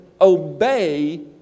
obey